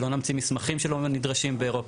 שלא נמציא מסמכים שלא נדרשים באירופה.